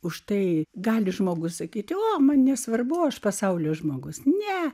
už tai gali žmogus sakyti o man nesvarbu aš pasaulio žmogus ne